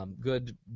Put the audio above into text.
good